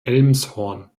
elmshorn